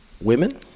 women